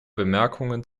bemerkungen